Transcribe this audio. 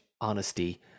honesty